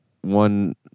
one